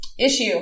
issue